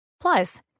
Plus